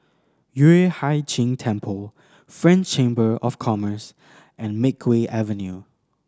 Yueh Hai Ching Temple French Chamber of Commerce and Makeway Avenue